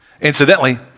Incidentally